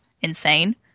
insane